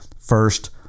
first